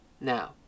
Now